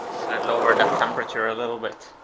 should and lower that temperature a little bit.